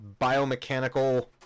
biomechanical